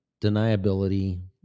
deniability